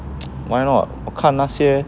why not 我看那些